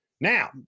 Now